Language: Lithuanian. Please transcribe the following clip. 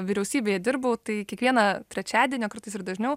vyriausybėje dirbau tai kiekvieną trečiadienį o kartais ir dažniau